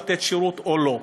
לתת שירות או לא.